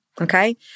Okay